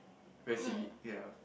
very scenic ya